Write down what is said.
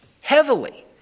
heavily